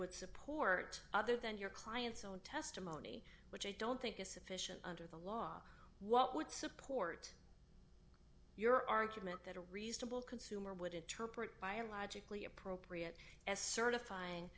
would support other than your client's own testimony which i don't think is sufficient under the law what would support your argument that a reasonable consumer would interpret biologically appropriate as certifying